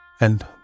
and